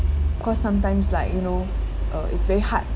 cause sometimes like you know uh it's very hard